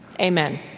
Amen